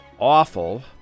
awful